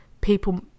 people